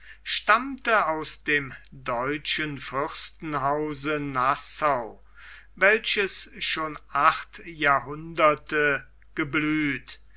stammte aus dem deutschen fürstenhause nassau welches schon acht jahrhunderte geblüht